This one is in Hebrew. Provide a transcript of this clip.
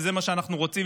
וזה מה שאנחנו רוצים,